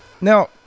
Now